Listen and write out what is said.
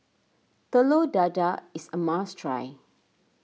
Telur Dadah is a must try